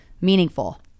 meaningful